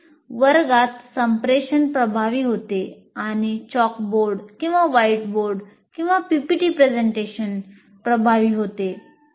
वर्गात संप्रेषण प्रभावी होते आणि चॉकबोर्ड प्रभावी होते